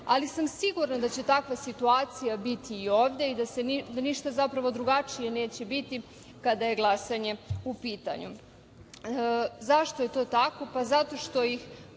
ali sam sigurna da će takva situacija biti i ovde i da ništa zapravo drugačije neće biti kada je glasanje u pitanju.Zašto je to tako? Pa, zato što ih,